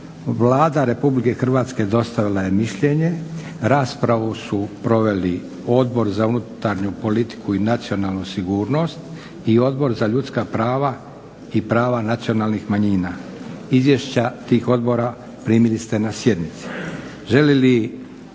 Vlada Republike Hrvatske dostavila je mišljenje. Raspravu su proveli Odbor za unutarnju politiku i nacionalnu sigurnost i Odbor za ljudska prava i prava nacionalnih manjina. Izvješća tih odbora primili ste na sjednici.